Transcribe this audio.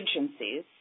agencies